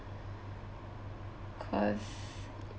cause